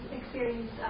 experience